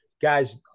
Guy's